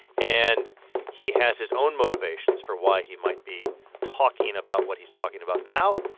and he has his own motivations for why he might be talking about what he's talking about now.